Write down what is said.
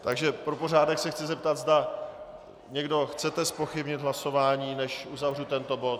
Takže pro pořádek se chci zeptat, zda někdo chcete zpochybnit hlasování, než uzavřu tento bod.